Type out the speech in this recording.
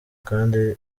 kandi